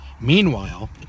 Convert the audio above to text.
Meanwhile